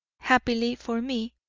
happily for me,